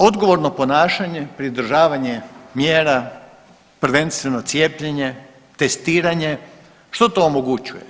Odgovorno ponašanje, pridržavanje mjera, prvenstveno cijepljenje, testiranje, što to omogućuje?